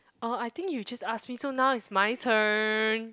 uh I think you just asked me so now it's my turn